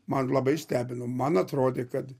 man labai stebino man atrodė kad